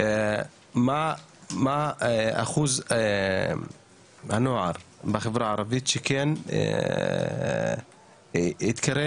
מה אחוז מהנוער בחברה הערבית שכן התקרב